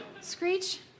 Screech